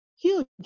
huge